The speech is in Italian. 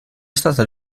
stato